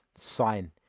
sign